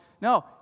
No